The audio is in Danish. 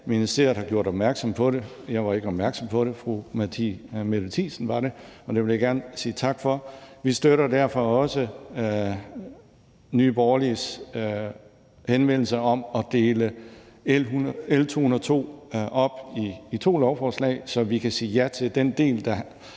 Ministeriet har gjort opmærksom på det – jeg var ikke opmærksom på det, men fru Mette Thiesen var det, og det vil jeg gerne sige tak for. Vi støtter derfor også Nye Borgerliges henvendelse om at dele L 202 op i to lovforslag, så vi kan sige ja til den del, der